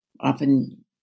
often